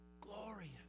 glorious